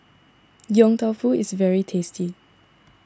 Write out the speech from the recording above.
Yong Tau Foo is very tasty